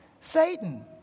Satan